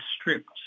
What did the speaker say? stripped